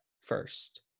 first